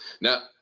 Now